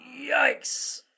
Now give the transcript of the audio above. Yikes